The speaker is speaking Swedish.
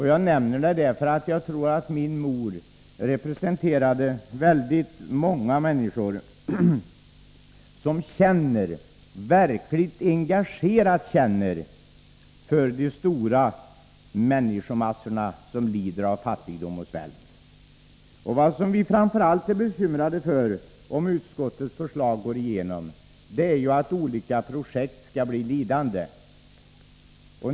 Jag nämner det därför att jag tror att min mor representerade väldigt många människor som känner, verkligen engagerat, för de stora människomassorna som lider av fattigdom och svält. Vad vi framför allt är bekymrade för om utskottets förslag går igenom är om olika projekt skall bli lidande.